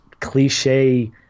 cliche